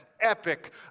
epic